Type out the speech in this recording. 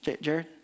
Jared